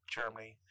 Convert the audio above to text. Germany